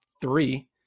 three